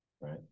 right